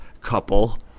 couple